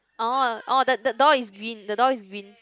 orh orh the door is green the door is green